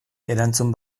erantzun